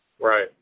Right